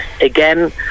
Again